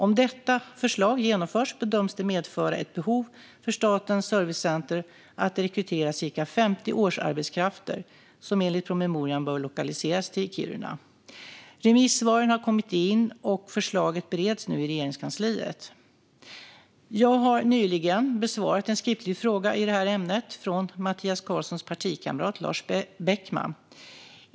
Om detta förslag genomförs bedöms det medföra ett behov för Statens servicecenter att rekrytera ca 50 årsarbetskrafter, som enligt promemorian bör lokaliseras till Kiruna. Remissvaren har kommit in, och förslaget bereds nu i Regeringskansliet. Jag har nyligen besvarat en skriftlig fråga i detta ämne från Mattias Karlssons partikamrat Lars Beckman.